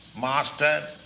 master